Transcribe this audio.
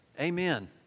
Amen